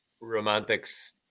romantics